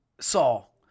Saul